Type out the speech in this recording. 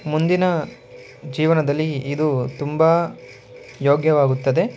ಮುಂದಿನ ಜೀವನದಲ್ಲಿ ಇದು ತುಂಬ ಯೋಗ್ಯವಾಗುತ್ತದೆ